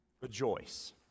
rejoice